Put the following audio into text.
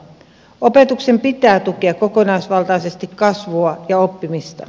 opetuksen pitää tukea kokonaisvaltaisesti kasvua ja oppimista